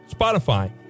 Spotify